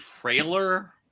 trailer